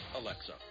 Alexa